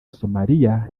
somalia